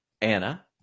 Anna